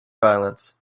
violence